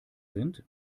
sind